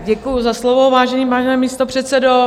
Děkuji za slovo, vážený pane místopředsedo.